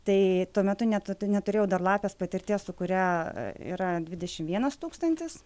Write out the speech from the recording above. tai tuo metu net neturėjau dar lapės patirties su kuria yra dvidešim vienas tūkstantis